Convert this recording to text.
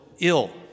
ill